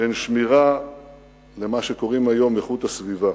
בין שמירה למה שקוראים היום "איכות הסביבה".